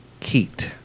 Keat